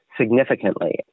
significantly